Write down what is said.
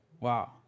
Wow